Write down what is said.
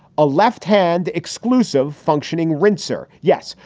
a left hand, exclusive, functioning redser. yes.